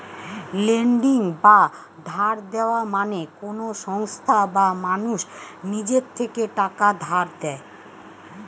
lending বা ধার দেওয়া মানে কোন সংস্থা বা মানুষ নিজের থেকে টাকা ধার দেয়